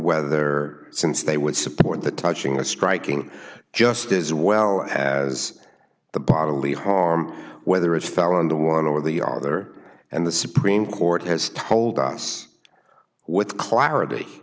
whether since they would support the touching the striking just as well as the bodily harm whether it's found the one or the are other and the supreme court has told us with clarity